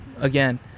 again